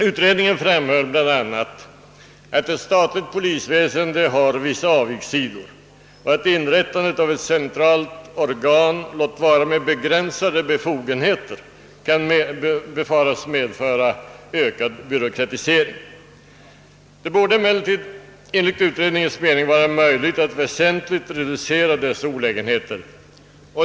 Utredningen framhöll bl.a. att ett statligt polisväsende hade vissa avigsidor och att inrättandet av ett centralt organ, låt vara med begränsade befogenheter, kunde befaras medföra ökad byråkratisering. Det borde emellertid enligt utredningens mening vara möjligt att väsentligt reducera dessa olägenheter.